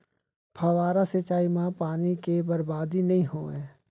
फवारा सिंचई म पानी के बरबादी नइ होवय